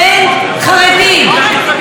איך זה יכול להיות?